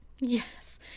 yes